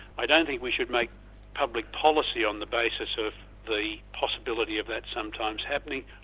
i don't think we should make public policy on the basis of the possibility of that sometimes happening.